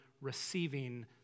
receiving